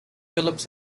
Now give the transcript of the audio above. phillips